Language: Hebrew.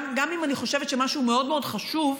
גם אם אני חושבת שמשהו מאוד מאוד חשוב,